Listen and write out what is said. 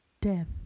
death